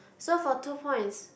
so for two points